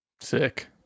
Sick